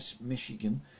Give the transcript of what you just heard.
Michigan